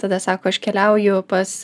tada sako aš keliauju pas